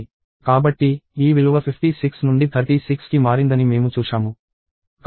కాబట్టి ఈ విలువ 56 నుండి 36కి మారిందని మేము చూశాము